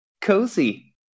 cozy